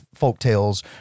folktales